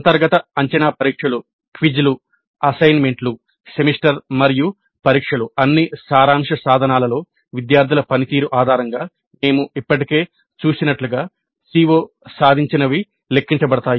అంతర్గత అంచనా పరీక్షలు క్విజ్లు అసైన్మెంట్లు సెమిస్టర్ మరియు పరీక్షలు అన్ని సారాంశ సాధనాలలో విద్యార్థుల పనితీరు ఆధారంగా మేము ఇప్పటికే చూసినట్లుగా CO సాధించినవి లెక్కించబడతాయి